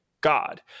God